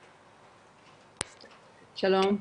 רוית,